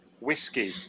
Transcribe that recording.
whiskey